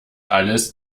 alles